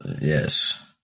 Yes